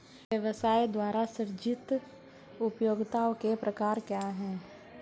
एक व्यवसाय द्वारा सृजित उपयोगिताओं के प्रकार क्या हैं?